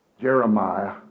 Jeremiah